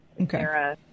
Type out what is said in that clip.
Okay